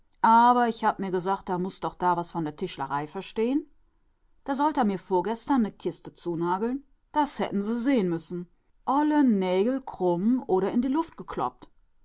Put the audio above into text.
aber ich hab mir gesagt a muß doch da was von der tischlerei verstehn da sollt a mir vorgestern ne kiste zunageln das hätten se sehn müssen olle nägel krumm oder in die luft gekloppt